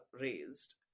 raised